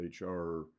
HR